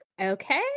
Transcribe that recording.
Okay